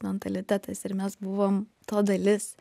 mentalitetas ir mes buvom to dalis